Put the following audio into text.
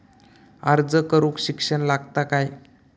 अर्ज करूक शिक्षण लागता काय?